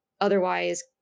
otherwise